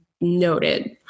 noted